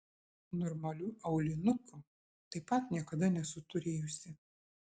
normalių aulinukų taip pat niekada nesu turėjusi